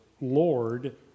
Lord